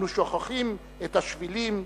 אנו שוכחים את השבילים